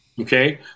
Okay